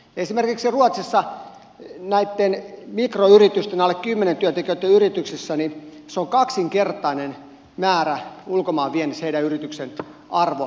esimerkiksi ruotsissa mikroyrityksissä alle kymmenen työntekijän yrityksissä se on kaksinkertainen määrä ulkomaanviennissä heidän yrityksen arvo